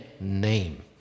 name